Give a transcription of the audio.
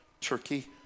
Turkey